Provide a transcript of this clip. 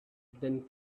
then